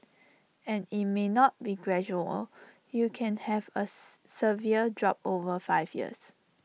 and IT may not be gradual you can have A C severe drop over five years